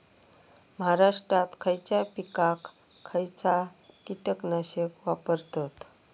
महाराष्ट्रात खयच्या पिकाक खयचा कीटकनाशक वापरतत?